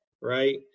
right